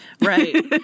Right